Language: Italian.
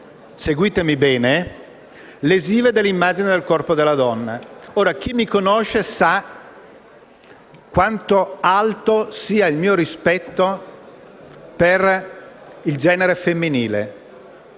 pubblicitarie lesive dell'immagine del corpo della donna. Chi mi conosce sa quanto sia alto il mio rispetto per il genere femminile